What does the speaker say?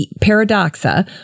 paradoxa